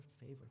favor